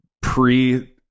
pre